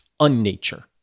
unnature